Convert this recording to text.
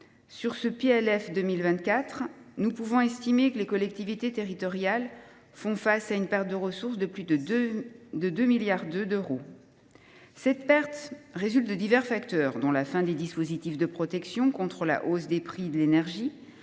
que ce PLF pour 2024 entraîne, pour les collectivités territoriales, une perte de ressources de plus de 2,2 milliards d’euros. Cette perte résulte de divers facteurs, dont la fin des dispositifs de protection contre la hausse des prix de l’énergie,